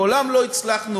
מעולם לא הצלחנו